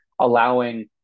allowing